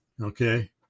Okay